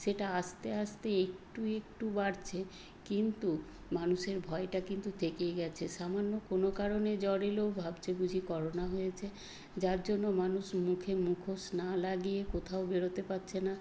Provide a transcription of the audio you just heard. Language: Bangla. সেটা আস্তে আস্তে একটু একটু বাড়ছে কিন্তু মানুষের ভয়টা কিন্তু থেকেই গেছে সামান্য কোনও কারণে জ্বর এলেও ভাবছে বুঝি করোনা হয়েছে যার জন্য মানুষ মুখে মুখোশ না লাগিয়ে কোথাও বেরোতে পারছে না